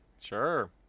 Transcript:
Sure